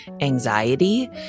anxiety